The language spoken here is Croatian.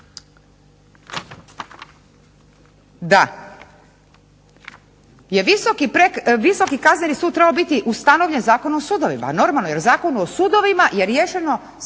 je Visoki kazneni sud trebao biti ustanovljen Zakonom o sudovima, normalno, jer u Zakonu o sudovima je određeno